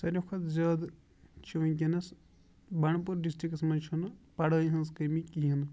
ساروی کھۄتہٕ زیادٕ چھُ ؤنکیٚنَس بنڈپور ڈِسٹرکٹس منٛز چھُنہٕ پَڑٲے ہنٛز کٔمی کِہینۍ نہٕ